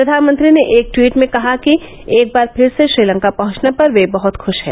प्रधानमंत्री ने एक ट्वीट में कहा कि एक बार फिर से श्रीलंका पहुंचने पर वे बहुत खुश हैं